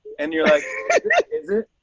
and you're like is it?